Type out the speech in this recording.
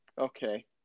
Okay